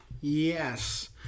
Yes